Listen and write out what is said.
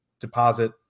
deposit